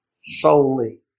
solely